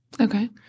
Okay